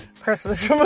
Christmas